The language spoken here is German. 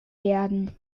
werden